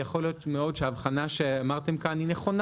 יכול להיות שההבחנה שאמרתם כאן היא נכונה.